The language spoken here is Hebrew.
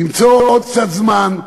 למצוא עוד קצת זמן,